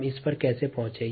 हम इस पर कैसे पहुंचे